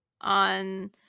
on